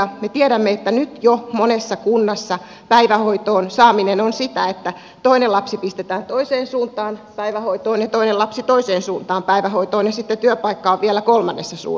me tiedämme että nyt jo monessa kunnassa päivähoitoon saaminen on sitä että toinen lapsi pistetään toiseen suuntaan päivähoitoon ja toinen lapsi toiseen suuntaan päivähoitoon ja sitten työpaikka on vielä kolmannessa suunnassa